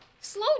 Slow